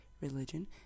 religion